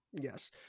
Yes